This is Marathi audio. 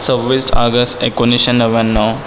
सव्वीस आगस्ट एकोणीसशे नव्याण्णव